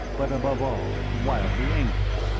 but above all, wildly angry.